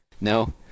No